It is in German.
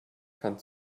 kann